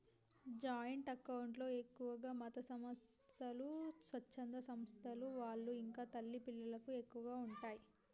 joint account లో ఎక్కువగా మతసంస్థలు, స్వచ్ఛంద సంస్థల వాళ్ళు ఇంకా తల్లి పిల్లలకు ఎక్కువగా ఉంటయ్